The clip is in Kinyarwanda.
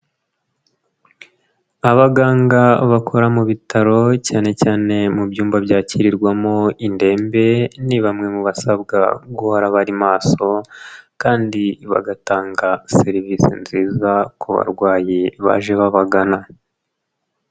Abaganga bakora mu bitaro cyane cyane mu byumba byakirirwamo indembe, ni bamwe mu basabwa guhora bari maso kandi bagatanga serivisi nziza ku barwayi baje babagana.